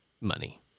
money